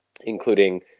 including